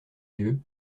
yeux